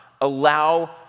allow